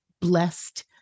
blessed